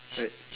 right